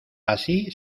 así